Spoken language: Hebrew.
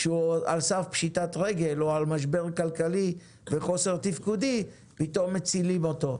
כשהוא על סף פשיטת רגל או במשבר כלכלי וחוסר תפקוד פתאום מצילים אותו.